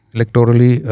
Electorally